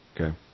Okay